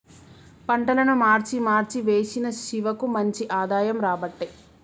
పంటలను మార్చి మార్చి వేశిన శివకు మంచి ఆదాయం రాబట్టే